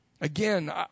Again